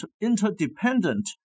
interdependent